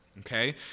Okay